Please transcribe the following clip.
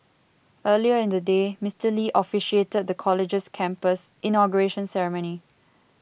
earlier in the day Mister Lee officiated the college's campus inauguration ceremony